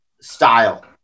style